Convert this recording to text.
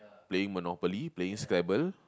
playing Monopoly playing Scrabble